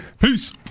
Peace